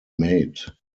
made